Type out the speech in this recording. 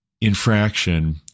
infraction